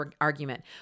argument